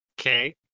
Okay